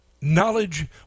knowledge